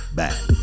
back